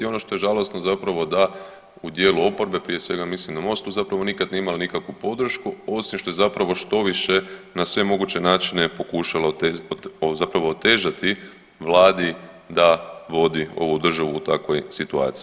Ono što je žalosno zapravo da u dijelu oporbe, prije svega mislim na Most tu zapravo nikada nije imala nikakvu podršku osim što je zapravo štoviše na sve moguće načine pokušala zapravo otežati Vladi da vodi ovu državu u takvoj situaciji.